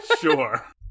Sure